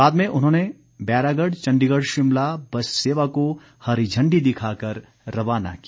बाद में उन्होंने बैरागड़ चंडीगढ़ शिमला बस सेवा को हरी झंडी दिखाकर रवाना किया